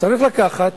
צריך לקחת